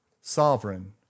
sovereign